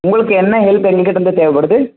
உங்களுக்கு என்ன ஹெல்ப் எங்கக்கிட்டே இருந்து தேவைப்படுது